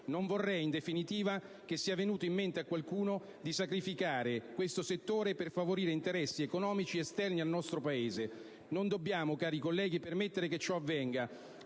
Non vorrei in definitiva che sia venuto in mente a qualcuno di sacrificare questo settore per favorire interessi economici esterni al nostro Paese. Non dobbiamo, cari colleghi, permettere che ciò avvenga,